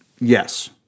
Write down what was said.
Yes